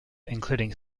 including